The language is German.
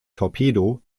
torpedo